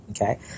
Okay